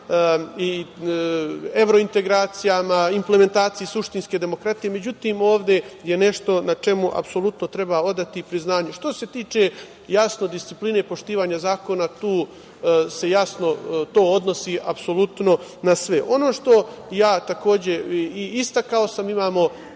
i evrointegracijama, implementaciji suštinske demokratije, međutim, ovde je nešto na čemu apsolutno treba odati priznanje. Što se tiče jasne discipline, poštovanja zakona, tu se jasno odnosi apsolutno na sve. Takođe, ono što sam i istakao, imamo